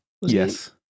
Yes